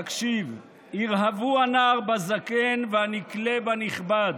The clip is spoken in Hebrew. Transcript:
תקשיב: "יִרְהֲבוּ הנער בזקן והנקלה בנכבד".